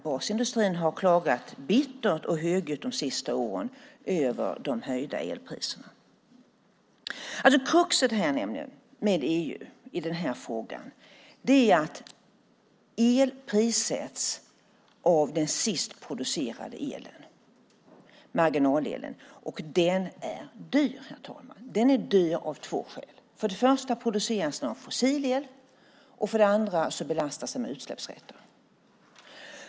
Basindustrin har klagat bittert och högljutt de senaste åren över de höjda elpriserna. Kruxet med EU i den här frågan är att elpriset sätts av den sist producerade elen, marginalelen, och den är dyr, herr talman. Den är dyr av två skäl. För det första produceras den av fossila bränslen, och för det andra belastas den med utsläppsrätter.